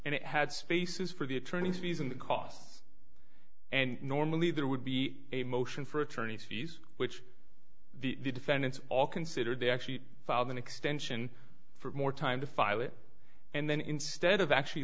and it had spaces for the attorneys fees and costs and normally there would be a motion for attorney's fees which the defendants all considered they actually filed an extension for more time to file it and then instead of actually